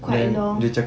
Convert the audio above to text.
quite long